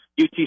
UTC